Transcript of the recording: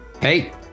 hey